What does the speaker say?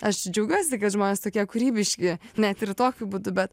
aš džiaugiuosi kad žmonės tokie kūrybiški net ir tokiu būdu bet